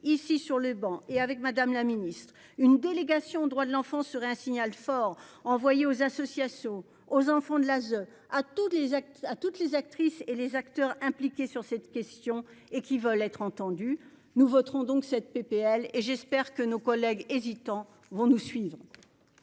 ici sur le banc et avec Madame la Ministre une délégation droits de l'enfant serait un signal fort envoyé aux associations, aux enfants de la zone à tous les actes à toutes les actrices et les acteurs impliqués sur cette question et qui veulent être entendus. Nous voterons donc cette PPL et j'espère que nos collègues hésitants vont nous suivre.